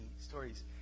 stories